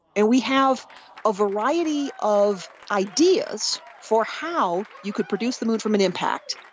and we have a variety of ideas for how you could produce the moon from an impact,